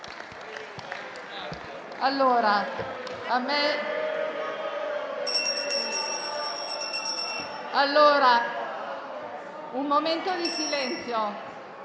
colleghi, un momento di silenzio.